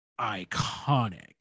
iconic